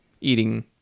eating